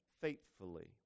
faithfully